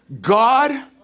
God